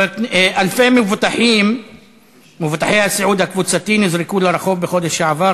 אלפי מבוטחי הביטוח הסיעודי הקבוצתי נזרקו לרחוב בחודש שעבר,